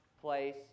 place